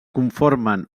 conformen